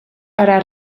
para